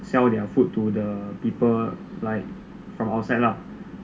sell their food to the people like from outside